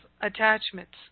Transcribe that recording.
attachments